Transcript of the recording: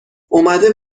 اومده